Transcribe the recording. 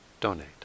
donate